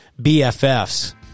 bffs